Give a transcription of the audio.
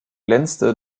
glänzte